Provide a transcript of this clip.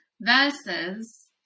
versus